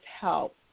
help